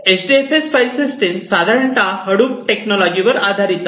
H D F S file system साधारण Hadoop टेक्नॉलॉजीवर आधारित आहे